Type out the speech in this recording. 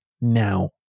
now